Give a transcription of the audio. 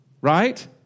Right